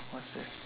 what's the